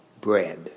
bread